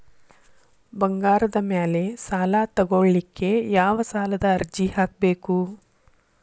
ಬಂಗಾರದ ಮ್ಯಾಲೆ ಸಾಲಾ ತಗೋಳಿಕ್ಕೆ ಯಾವ ಸಾಲದ ಅರ್ಜಿ ಹಾಕ್ಬೇಕು?